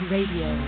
Radio